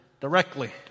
directly